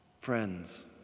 Friends